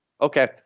Okay